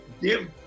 give